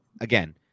again